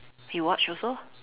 you watch also